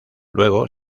luego